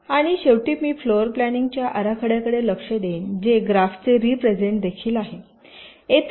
आणि शेवटी मी फ्लोर प्लॅनिंग च्या आराखडय़ाकडे लक्ष देईन जे ग्राफचे रिप्रेझेन्ट देखील आहे